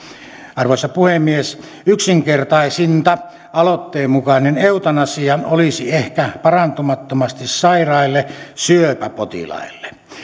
arvoisa puhemies yksinkertaisinta aloitteen mukainen eutanasia olisi ehkä parantumattomasti sairaille syöpäpotilaille